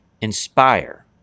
inspire